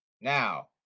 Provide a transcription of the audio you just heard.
Now